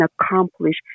accomplish